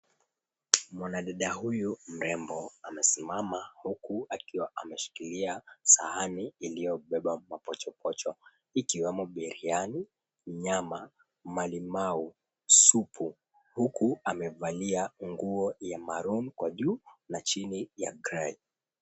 Mwanadada huyu mrembo amesimama huku akiwa ameshikilia sahani iliyobeba mapochopocho ikiwemo biryani, nyama, malimau supu, huku amevalia nguo ya maroon kwa juu na chini ya grey .